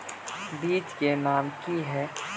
बीज के नाम की है?